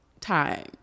time